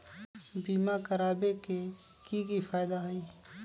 बीमा करबाबे के कि कि फायदा हई?